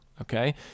okay